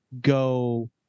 go